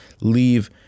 leave